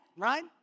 Right